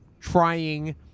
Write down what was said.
trying